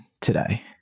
today